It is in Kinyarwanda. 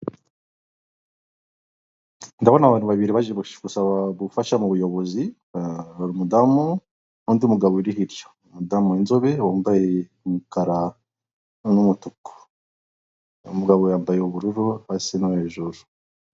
Ndabona abagabo babiri baje gusaba ubufasha mu buyobozi hari umudamu n' undi mugabo uri hirya, umudamu w' inzobe wambaye umukara numutuku umugabo yambaye ubururu hasi no hejuru.